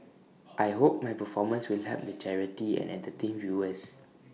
I hope my performance will help the charity and entertain viewers